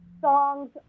songs